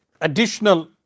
additional